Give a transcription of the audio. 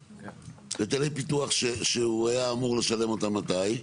היטלי פיתוח שהוא היה אמור לשלם אותם מתי?